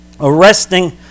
arresting